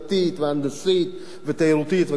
ההנדסית והתיירותית וכך הלאה?